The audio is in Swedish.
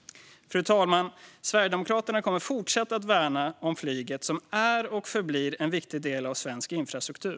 Fru talman! Sverigedemokraterna kommer att fortsätta värna om flyget som är och förblir en viktig del av svensk infrastruktur.